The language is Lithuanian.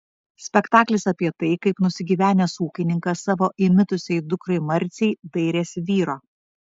spektaklis apie tai kaip nusigyvenęs ūkininkas savo įmitusiai dukrai marcei dairėsi vyro